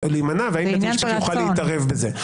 להימנע, האם בית המשפט יוכל להתערב בזה.